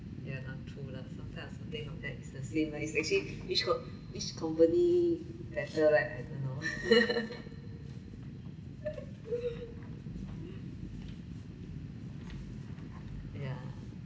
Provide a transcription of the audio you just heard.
yeah lah true lah sometime I also think of that but is the same lah it's actually which co~ which company better right I don't know yeah